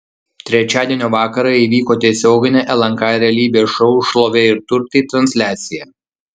trečiadienio vakarą įvyko tiesioginė lnk realybės šou šlovė ir turtai transliacija